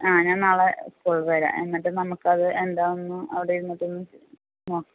ആ ഞാൻ നാളെ സ്കൂളിൽ വരാം എന്നിട്ട് നമുക്കത് എന്താണെന്ന് അവിടെ ഇരുന്നിട്ടൊന്ന് നോക്കാം